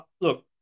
Look